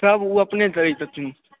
सभ ओ अपने करै छथिन